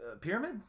Pyramid